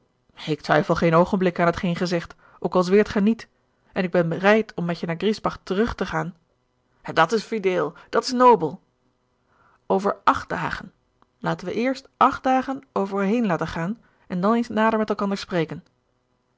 ik twijfel geen oogenblik aan hetgeen ge zegt ook al zweert gij niet en ik ben bereid om met je naar griesbach terug te gaan dat is fideel dat is nobel over acht dagen laten wij eerst acht dagen er over heen laten gaan en dan eens nader met elkander spreken